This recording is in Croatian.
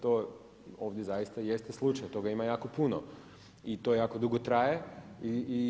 To ovdje zaista jeste slučaj, toga ima jako puno i to jako dugo traje.